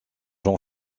jean